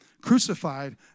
crucified